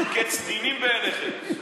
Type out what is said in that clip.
לצנינים בעיניכם.